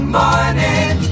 morning